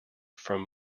from